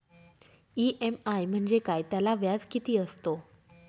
EMI म्हणजे काय? त्याला व्याज किती असतो?